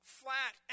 flat